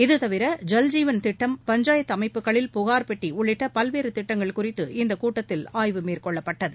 இது தவிர ஐல் ஜீவன் திட்டம் பஞ்சாயத்து அமைப்புகளில் புகார் பெட்டி உள்ளிட்ட பல்வேறு திட்டங்கள் குறித்து இக்கூட்டத்தில் ஆய்வு மேற்கொள்ளப்பட்டது